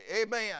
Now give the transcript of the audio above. Amen